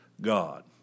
God